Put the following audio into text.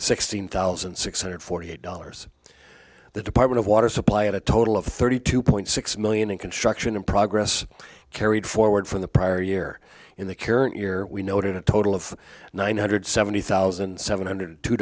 sixteen thousand six hundred forty eight dollars the department of water supply a total of thirty two point six million in construction and progress carried forward from the prior year in the current year we noted a total of nine hundred seventy thousand seven hundred